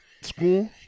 school